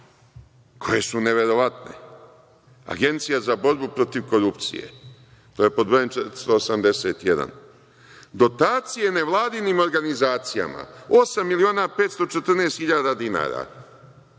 koje su neverovatne. Agencija za borbu protiv korupcije, to je pod brojem 481. - dotacije nevladinim organizacijama osam miliona 514 dinara.